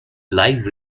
live